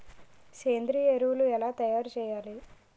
సేంద్రీయ ఎరువులు ఎలా తయారు చేయాలి?